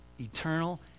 eternal